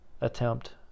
attempt